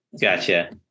Gotcha